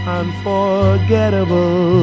unforgettable